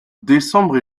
décembre